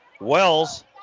Wells